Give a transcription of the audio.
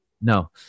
no